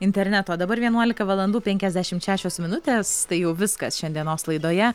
interneto dabar vienuolika valandų penkiasdešimt šešios minutės tai jau viskas šiandienos laidoje